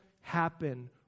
happen